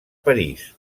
parís